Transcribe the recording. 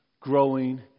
growing